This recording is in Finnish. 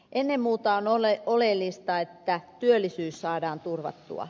ennen muuta on oleellista että työllisyys saadaan turvattua